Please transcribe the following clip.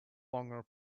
longer